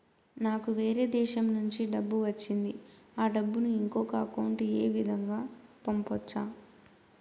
నాకు వేరే దేశము నుంచి డబ్బు వచ్చింది ఆ డబ్బును ఇంకొక అకౌంట్ ఏ విధంగా గ పంపొచ్చా?